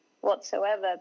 whatsoever